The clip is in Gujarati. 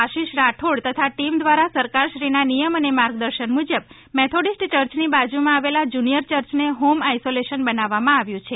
આશિષ રાઠોડ તથા ટીમ દ્વારા સરકારશ્રીના નિયમ અને માર્ગદર્શન મુજબ મેથોડીસ્ટ ચર્ચની બાજુમાં આવેલા જુનિયર ચર્ચને હોમ આઇસોલેશન બનાવવામાં આવ્યું છે